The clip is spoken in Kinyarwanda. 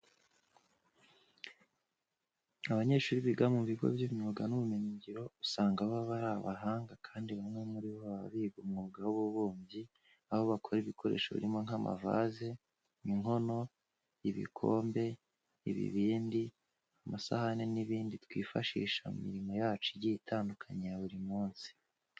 Abanyeshuri biga mu bigo by'imyuga n'ubumenyingiro usanga baba iri abahanga kandi bamwe muri bo baba biga umwuga w'ububumbyi aho bakora ibikoresho birimo nk'amavaze, inkono, ibikombe, ibibindi, amasahani n'ibindi twifashisha mu murimo yacu igiye itandukanye ya buri munsi.